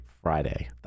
Friday